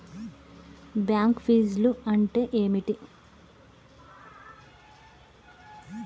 Bank ఫీజ్లు అంటే ఏమిటి?